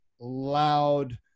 loud